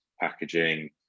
packaging